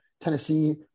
Tennessee